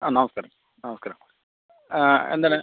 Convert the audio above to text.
ആ നമസ്കാരം നമസ്കാരം എന്താണ്